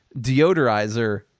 deodorizer